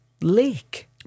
lake